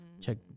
check